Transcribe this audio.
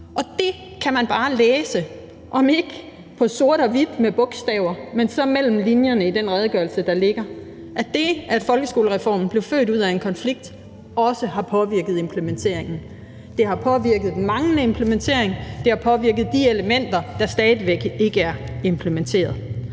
Der kan man bare læse, om ikke sort på hvidt med bogstaver, men så mellem linjerne i den redegørelse, der ligger, at det, at folkeskolereformen blev født ud af en konflikt, også har påvirket implementeringen. Det har påvirket den manglende implementering, og det har påvirket de elementer, der stadig væk ikke er implementeret.